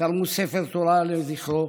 תרמו ספר תורה לזכרו,